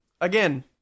Again